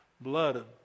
blood